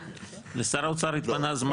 לשר האוצר התפנה זמן,